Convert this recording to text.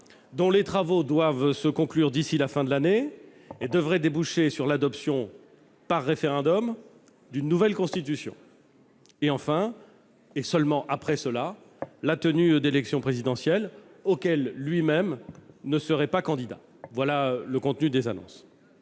dont les travaux doivent se conclure d'ici à la fin de l'année et devraient déboucher sur l'adoption, par référendum, d'une nouvelle Constitution, et enfin- après tout cela -la tenue de l'élection présidentielle à laquelle lui-même ne serait pas candidat. Nous avons salué ces